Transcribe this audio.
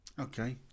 Okay